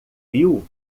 viu